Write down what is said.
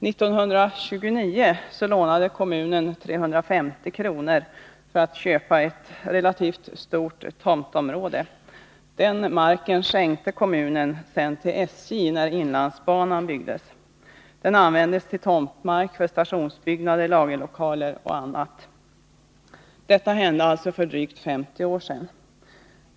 År 1929 lånade kommunen 350 kr. för att köpa ett relativt stort tomtområde. Den marken skänkte kommunen sedan till SJ, när inlandsbanan byggdes. På tomtmarken uppfördes stationsbyggnader, lagerlokaler och annat. Detta hände alltså för drygt 50 år sedan.